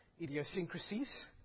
idiosyncrasies